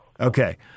Okay